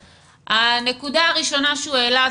הנקודה הראשונה שהוא העלה,